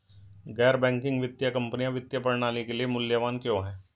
गैर बैंकिंग वित्तीय कंपनियाँ वित्तीय प्रणाली के लिए मूल्यवान क्यों हैं?